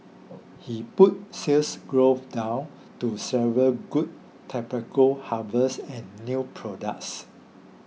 he put Sales Growth down to several good tobacco harvests and new products